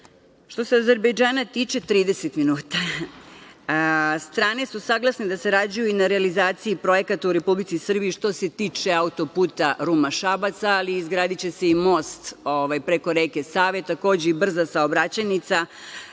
se Azerbejdžana tiče, strane su saglasne da sarađuju i na realizaciji projekata u Republici Srbiji, što se tiče auto puta Ruma-Šabac, ali izgradiće se i most preko reke Save. Takođe i brza saobraćajnica